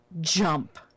Jump